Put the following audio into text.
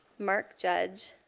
mark judge,